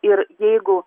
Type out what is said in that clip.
ir jeigu